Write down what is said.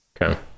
Okay